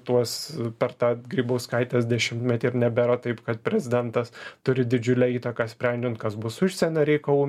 tuos per tą grybauskaitės dešimtmetį ir nebėra taip kad prezidentas turi didžiulę įtaką sprendžiant kas bus užsienio reikalų